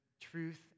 truth